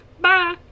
Bye